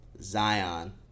Zion